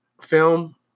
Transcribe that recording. film